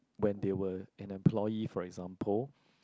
when they were an employee for example